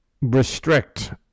restrict